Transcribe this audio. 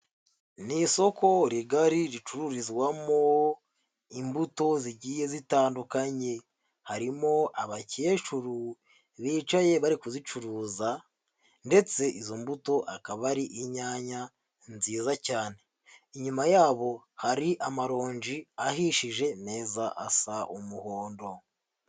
Ni isoko rigari ricururizwamo imbuto zigiye zitandukanye, harimo abakecuru bicaye bari kuzicuruza ndetse izo mbuto akaba ari inyanya nziza cyane, inyuma yabo hari amaronji ahishije meza asa umuhondo.